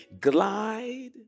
glide